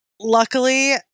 Luckily